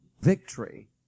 victory